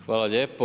Hvala lijepo.